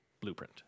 blueprint